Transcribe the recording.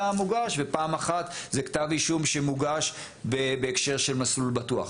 מוגש ופעם אחת זה כתב אישום שמוגש בהקשר של "מסלול בטוח".